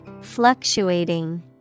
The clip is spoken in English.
Fluctuating